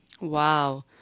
Wow